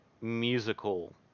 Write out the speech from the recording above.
musical